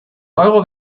euro